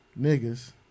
niggas